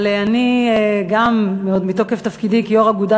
אבל אני גם מתוקף תפקידי כיו"ר אגודת